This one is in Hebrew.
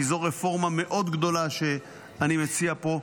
כי זו רפורמה מאוד גדולה שאני מציע פה,